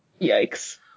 Yikes